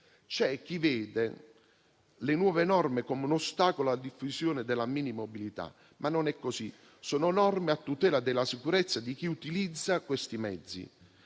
C'è chi vede le nuove norme come un ostacolo alla diffusione della mini mobilità, ma non è così: sono norme a tutela della sicurezza di chi utilizza questi mezzi.